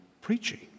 preaching